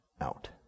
out